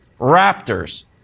Raptors